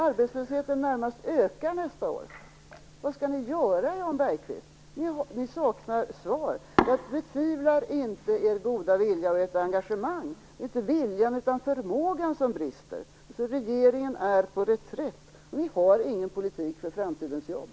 Arbetslösheten närmast ökar nästa år. Vad skall Socialdemokraterna göra, Jan Bergqvist? De saknar svar. Jag betvivlar inte deras goda vilja och engagemang - det är inte viljan utan förmågan som brister. Regeringen är på reträtt. Den har ingen politik för framtidens jobb.